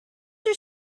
your